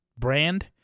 brand